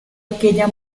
aquella